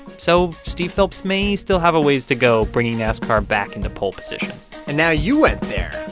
so steve phelps may still have a ways to go bringing nascar back into pole position and now you went there